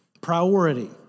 Priority